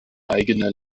eigene